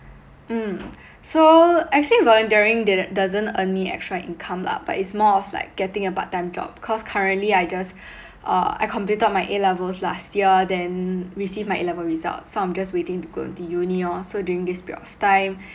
mm so actually volunteering didn't doesn't earn me extra income lah but it's more of like getting a part time job cause currently I just uh I completed my A levels last year then received my A levels results so I'm just waiting to continue uni lor so during this period of time